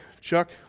Chuck